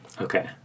Okay